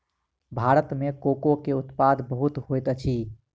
भारत में कोको के उत्पादन बहुत होइत अछि